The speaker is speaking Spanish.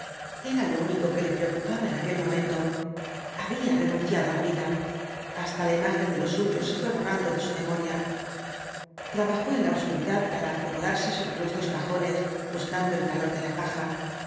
era lo único que le preocupaba en aquel momento había renunciado á la vida hasta la imagen de los suyos se fué borrando de su memoria trabajó en la obscuridad para acomodarse sobre los dos cajones buscando el calor de la paja